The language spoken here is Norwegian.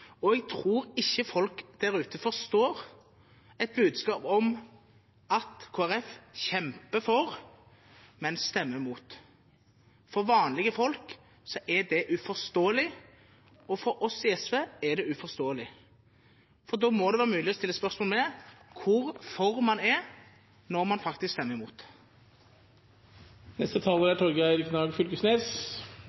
og jeg tror ikke folk der ute forstår et budskap om at Kristelig Folkeparti kjemper for, men vil stemme imot. For vanlige folk er det uforståelig, og for oss i SV er det uforståelig. Da må det være mulig å stille spørsmål ved i hvor stor grad man er for, når man faktisk vil stemme imot.